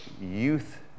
youth